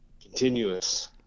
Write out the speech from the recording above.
Continuous